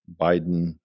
Biden